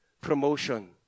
promotion